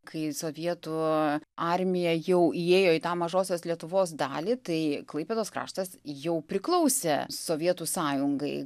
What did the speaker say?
kai sovietų armija jau įėjo į tą mažosios lietuvos dalį tai klaipėdos kraštas jau priklausė sovietų sąjungai